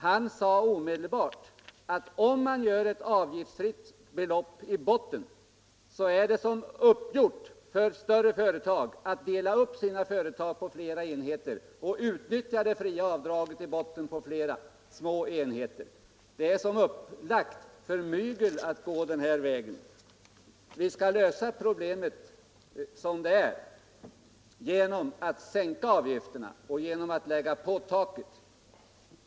Han sade omedelbart att om man inför ett avgiftsfritt belopp i botten är det som upplagt för större företag att dela upp sig på flera små enheter och utnyttja det fria beloppet i botten för dem. Det är som gjort för mygel att gå den här vägen. Vi skall lösa problemet som det är genom att sänka avgifterna och genom att lägga på taket.